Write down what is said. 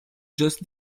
just